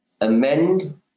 amend